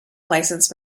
licence